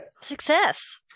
Success